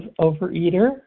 overeater